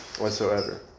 whatsoever